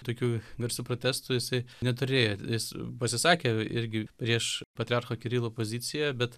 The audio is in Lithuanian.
tokių garsių protestų jisai neturėjo jis pasisakė irgi prieš patriarcho kirilo pozicija bet